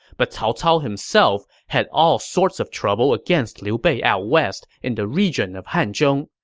but cao cao himself had all sorts of trouble against liu bei out west in the region of hanzhong.